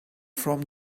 from